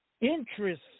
interest